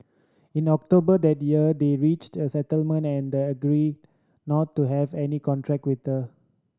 in October that year they reached a settlement and agreed not to have any contract with her